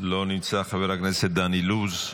לא נמצא, חבר הכנסת דן אילוז,